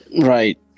Right